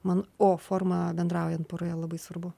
man o forma bendraujant poroje labai svarbu